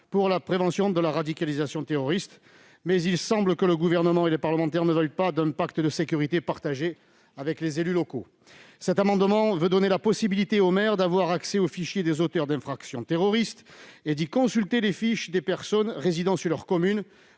pour la prévention de la radicalisation à caractère terroriste (FSPRT). Le Gouvernement et les parlementaires ne veulent pas, semble-t-il, d'un pacte de sécurité partagé avec les élus locaux. Cet amendement vise à donner la possibilité aux maires d'avoir accès au fichier des auteurs d'infractions terroristes et d'y consulter les fiches des personnes résidant dans leur commune